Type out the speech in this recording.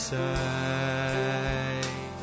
side